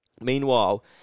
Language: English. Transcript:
Meanwhile